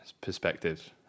perspective